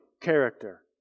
character